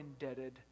indebted